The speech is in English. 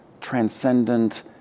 transcendent